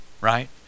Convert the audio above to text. Right